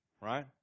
right